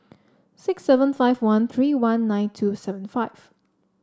six seven five one three one nine two seven five